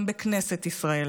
גם בכנסת ישראל.